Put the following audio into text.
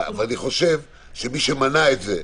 אני חושב שמי שמנע את זה,